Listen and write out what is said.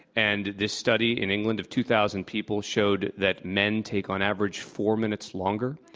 and this study, in england, of two thousand people showed that men take, on average, four minutes longer.